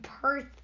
Perth